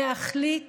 להחליט